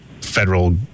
federal